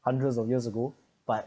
hundreds of years ago but